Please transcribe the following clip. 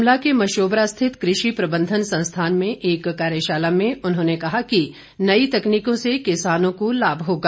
शिमला के मशोबरा स्थित कृषि प्रबंधन संस्थान में एक कार्यशाला में उन्होंने कहा कि नई तकनीकों से किसानों को लाभ होगा